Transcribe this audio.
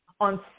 on